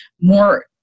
more